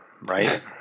Right